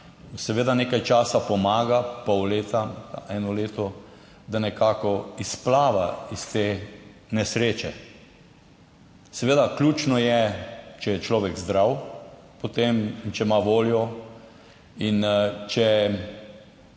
Seveda nekaj časa pomaga, pol leta, eno leto, da nekako izplava iz te nesreče. Seveda, ključno je, če je človek zdrav in če ima voljo in če